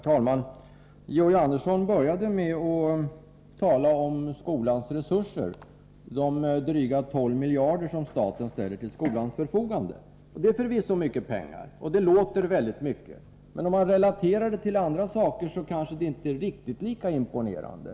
Herr talman! Georg Andersson började med att tala om skolans resurser, de dryga 12 miljarder som staten ställer till skolans förfogande. Det är förvisso mycket pengar, och det låter mycket. Men om man relaterar beloppet till andra utgifter blir det kanske inte riktigt lika imponerande.